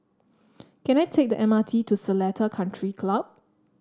can I take the M R T to Seletar Country Club